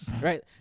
Right